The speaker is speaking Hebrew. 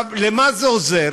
למה זה עוזר?